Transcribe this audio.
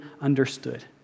understood